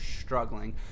struggling